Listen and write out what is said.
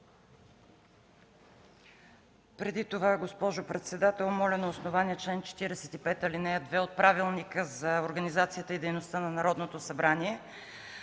Преди това, уважаема госпожо председател, моля на основание чл. 45, ал. 2 от Правилника за организацията и дейността на Народното събрание